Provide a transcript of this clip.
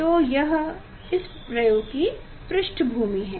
तो यह इस प्रयोग की पृष्ठभूमि है